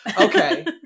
Okay